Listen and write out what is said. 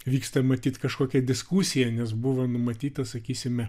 vyksta matyt kažkokia diskusija nes buvo numatyta sakysime